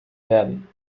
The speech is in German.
werden